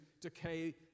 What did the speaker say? decay